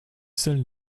celle